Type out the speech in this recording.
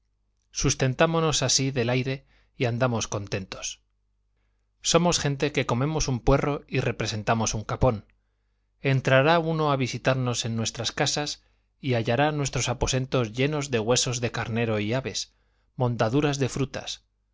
sustentámonos así del aire y andamos contentos somos gente que comemos un puerro y representamos un capón entrará uno a visitarnos en nuestras casas y hallará nuestros aposentos llenos de huesos de carnero y aves mondaduras de frutas